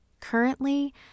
Currently